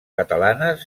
catalanes